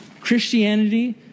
Christianity